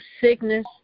sickness